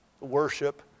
worship